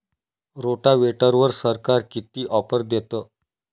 रोटावेटरवर सरकार किती ऑफर देतं?